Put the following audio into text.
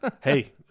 Hey